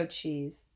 cheese